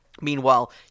Meanwhile